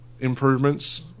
Improvements